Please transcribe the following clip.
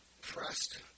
pressed